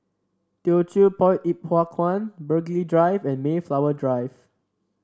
Teochew Poit Ip Huay Kuan Burghley Drive and Mayflower Drive